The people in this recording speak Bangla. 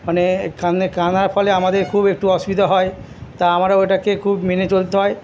মানে কাঁদলে কাঁদার ফলে আমাদের খুব একটু অসুবিধা হয় তা আমরা ওটাকে খুব মেনে চলতে হয়